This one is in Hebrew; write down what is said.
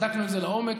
בדקנו את זה לעומק,